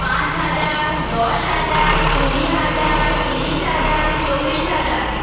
পাঁচ হাজার দশ হাজার কুড়ি হাজার তিরিশ হাজার চল্লিশ হাজার